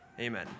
amen